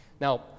Now